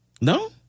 No